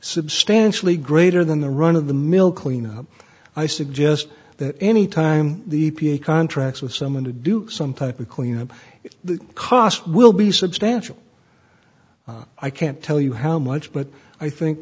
substantially greater than the run of the mill cleanup i suggest that any time the e p a contracts with someone to do some type of cleanup the cost will be substantial i can't tell you how much but i think